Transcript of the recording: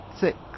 six